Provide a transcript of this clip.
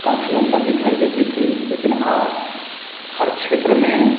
काफी अंतर दिखाई देती थी लेकिन आज हर क्षेत्र में